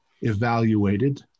evaluated